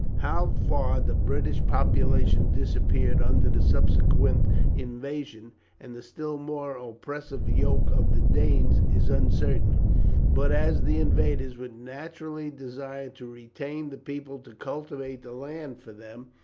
how far the british population disappeared under the subsequent invasion and the still more oppressive yoke of the danes is uncertain but as the invaders would naturally desire to retain the people to cultivate the land for them,